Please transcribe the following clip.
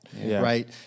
right